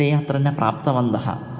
ते अत्र न प्राप्तवन्तः